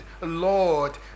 Lord